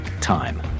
time